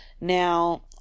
Now